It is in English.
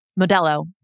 Modelo